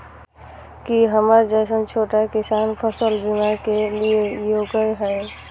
की हमर जैसन छोटा किसान फसल बीमा के लिये योग्य हय?